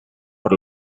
por